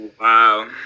Wow